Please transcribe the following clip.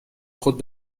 خود